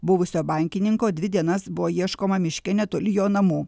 buvusio bankininko dvi dienas buvo ieškoma miške netoli jo namų